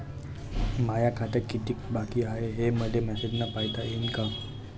माया खात्यात कितीक बाकी हाय, हे मले मेसेजन पायता येईन का?